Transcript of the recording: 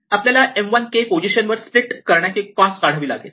आपल्याला M 1 k position वर split करण्याचे कॉस्ट काढावी लागेल